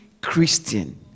Christian